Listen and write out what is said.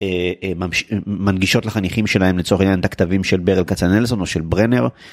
מנגישות לחניכים שלהם, לצורך העניין, את הכתבים של ברל כצנלסון או של ברנר.